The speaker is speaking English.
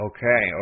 Okay